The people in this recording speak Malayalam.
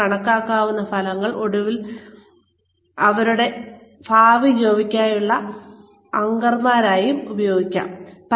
ജീവനക്കാർ ഒടുവിൽ അവരുടെ എല്ലാ ഭാവി ജോലികൾക്കും ആങ്കർമാരായി ഉപയോഗിക്കുന്ന കണക്കാക്കാവുന്ന ഫലങ്ങൾ